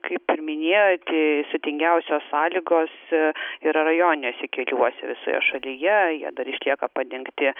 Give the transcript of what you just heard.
kaip ir paminėjot sudėtingiausios sąlygos yra rajoniniuose keliuose visoje šalyje jie dar išlieka padengti